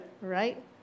right